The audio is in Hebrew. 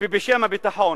בשם הביטחון,